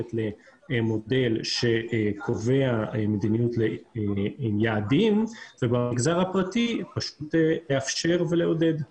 ללכת למודל שקובע מדיניות עם יעדים ובמגזר הפרטי פשוט לאפשר ולעודד.